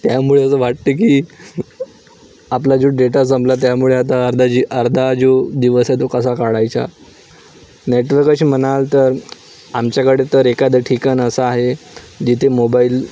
त्यामुळे असं वाटतं की आपला जो डेटा संपला त्यामुळे आता अर्धा जी अर्धा जो दिवस आहे तो कसा काढायचा नेटवर्क अशी म्हणाल तर आमच्याकडे तर एखादं ठिकाण असं आहे जिथे मोबाईल